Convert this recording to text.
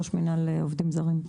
ראש מינהל עובדים זרים,